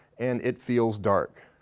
and it feels dark.